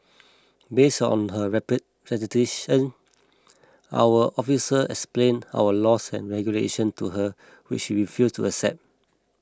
base on her representation our officer explained our laws and regulation to her which she refused to accept